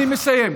אני מסיים.